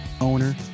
owner